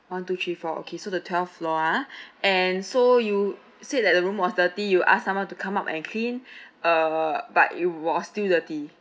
one two three four okay so the twelve floor ah and so you said that the room was dirty you asked someone to come up and clean uh but it was still dirty